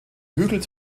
hügel